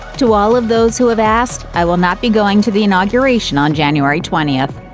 to all of those who have asked, i will not be going to the inauguration on january twentieth.